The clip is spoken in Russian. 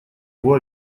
его